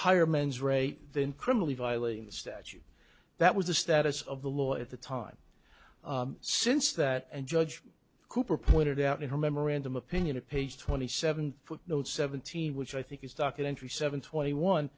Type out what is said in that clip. higher men's rate than criminally violating the statute that was the status of the law at the time since that and judge cooper pointed out in her memorandum opinion a page twenty seven footnote seventeen which i think is documentary seven twenty one